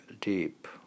deep